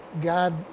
God